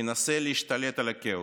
מנסה להשתלט על הכאוס,